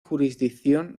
jurisdicción